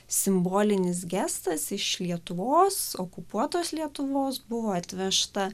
simbolinis gestas iš lietuvos okupuotos lietuvos buvo atvežta